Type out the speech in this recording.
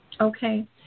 Okay